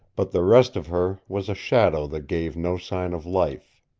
but the rest of her was a shadow that gave no sign of life.